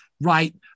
right